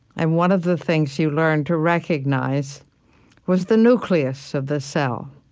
and one of the things you learned to recognize was the nucleus of the cell,